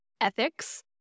ethics